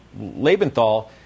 Labenthal